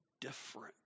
different